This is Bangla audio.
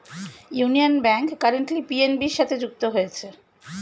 ইউনিয়ন ব্যাংক কারেন্টলি পি.এন.বি সাথে যুক্ত হয়েছে